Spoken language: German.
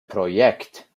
projekt